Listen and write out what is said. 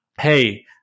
hey